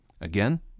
Again